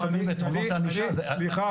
אם הייתם משנים את רמות הענישה --- סליחה,